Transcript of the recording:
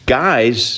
guys